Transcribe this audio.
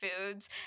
foods